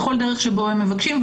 בכל דרך שבו הם מבקשים.